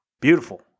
beautiful